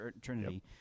Trinity